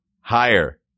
Higher